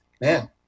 man